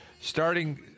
Starting